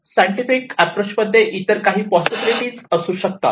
scientific approach मध्ये इतर काही पोसईबीलीटीएस असू शकतात